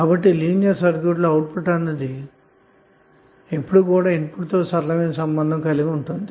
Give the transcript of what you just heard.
కాబట్టిఒక linear circuit లో ఎప్పుడు కూడా అవుట్పుట్ ఇన్పుట్ లు అన్నవి సరళ సంబందాలు కలిగి ఉంటాయి